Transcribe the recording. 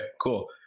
Cool